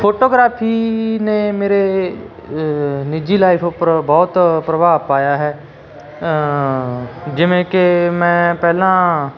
photography ਨੇ ਮੇਰੇ ਨਿੱਜੀ ਲਾਈਫ ਉੱਪਰ ਬਹੁਤ ਪ੍ਰਭਾਵ ਪਾਇਆ ਹੈ ਜਿਵੇਂ ਕਿ ਮੈਂ ਪਹਿਲਾਂ